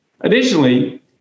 Additionally